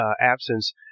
absence